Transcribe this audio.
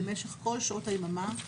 למשך כל שעות היממה,